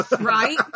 Right